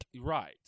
Right